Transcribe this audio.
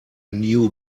new